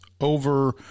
over